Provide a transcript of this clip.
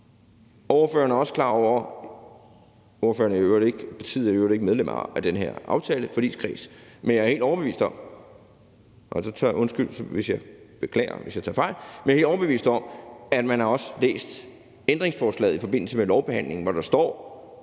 overbevist om, at man også har læst ændringsforslaget i forbindelse med lovbehandlingen, hvor der står,